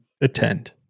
attend